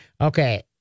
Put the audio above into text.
Okay